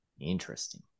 interesting